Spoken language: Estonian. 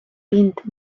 pind